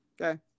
Okay